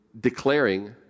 declaring